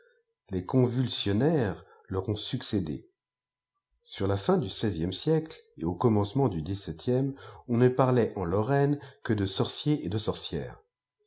lés convulsionnaires leur ont succédé sur la fin du seizième âiècte et au commencement du dix sep tième on ne parlait en lorraine que de sorciers et de sorcières